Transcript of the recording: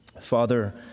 Father